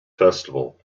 festival